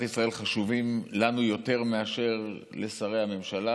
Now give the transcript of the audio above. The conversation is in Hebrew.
ישראל חשובים לנו יותר מאשר לשרי הממשלה,